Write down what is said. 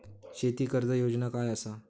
शेती कर्ज योजना काय असा?